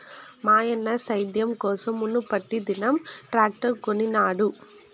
మాయన్న సేద్యం కోసం మునుపటిదినం ట్రాక్టర్ కొనినాడు